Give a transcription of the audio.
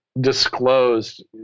disclosed